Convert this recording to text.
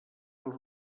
als